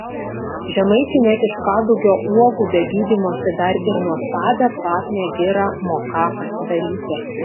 žemaičiai net iš kadugio uogų be gydymosi dar ir nuostabią kvapnią girą moką pasidaryti